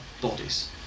bodies